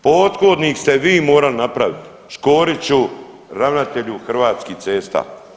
Pothodnik ste vi morali napraviti Škoriću ravnatelju Hrvatskih cesta.